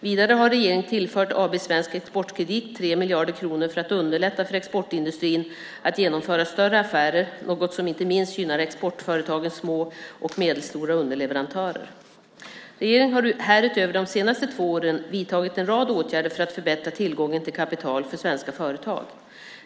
Vidare har regeringen tillfört AB Svensk Exportkredit 3 miljarder kronor för att underlätta för exportindustrin att genomföra större affärer, något som inte minst gynnar exportföretagens små och medelstora underleverantörer. Regeringen har härutöver under de senaste två åren vidtagit en rad åtgärder för att förbättra tillgången till kapital för svenska företag.